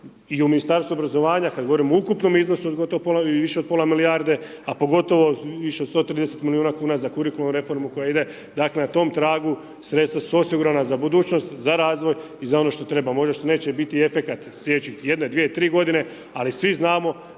i u Ministarstvu obrazovanja kad govorimo o ukupnom iznosu od gotovo više od pola milijarde, a pogotovo više od 130 milijuna kuna za kurikularnu reformu koja ide. Dakle na tom tragu sredstva su osigurana za budućnost, za razvoj i za ono što treba, možda neće biti efekat slijedećih jedne, dvije, tri godine ali svi znamo